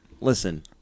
Listen